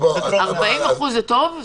40% זה טוב?